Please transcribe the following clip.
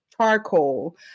charcoal